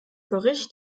bericht